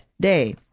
day